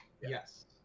yes